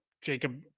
Jacob